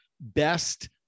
best